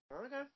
Okay